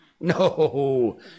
No